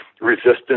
resistance